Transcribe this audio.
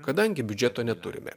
kadangi biudžeto neturime